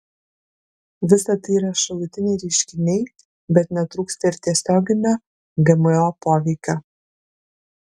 visa tai yra šalutiniai reiškiniai bet netrūksta ir tiesioginio gmo poveikio